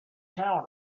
town